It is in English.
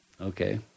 Okay